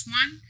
one